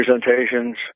presentations